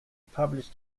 published